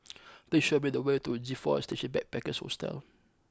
please show me the way to G four Station Backpackers Hostel